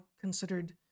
considered